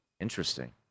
Interesting